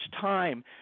time